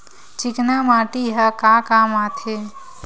चिकना माटी ह का काम आथे?